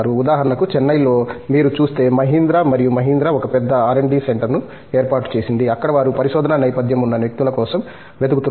ఉదాహరణకు చెన్నైలో మీరు చూస్తే మహీంద్రా మరియు మహీంద్రా ఒక పెద్ద ఆర్ అండ్ డి సెంటర్ను ఏర్పాటు చేసింది అక్కడ వారు పరిశోధనా నేపథ్యం ఉన్న వ్యక్తుల కోసం వెతుకుతున్నారు